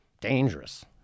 dangerous